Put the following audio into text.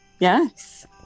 Yes